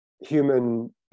human